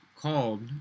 called